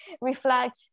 reflect